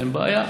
אין בעיה.